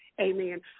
Amen